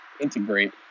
integrate